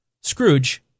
Scrooge